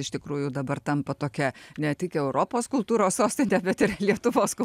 iš tikrųjų dabar tampa tokia ne tik europos kultūros sostine bet ir lietuvos kul